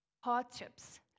hardships